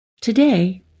Today